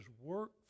work